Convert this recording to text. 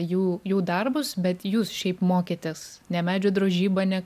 jų jų darbus bet jūs šiaip mokėtės ne medžio drožybą ne